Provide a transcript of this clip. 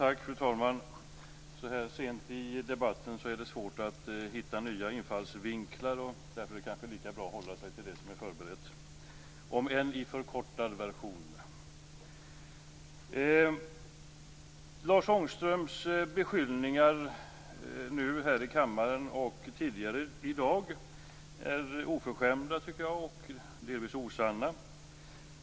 Fru talman! Så här sent i debatten är det svårt att hitta nya infallsvinklar, och därför är det kanske lika bra att hålla sig till det som är förberett, om än i förkortad version. Lars Ångströms beskyllningar nu här i kammaren och tidigare i dag är oförskämda, tycker jag, och delvis osanna.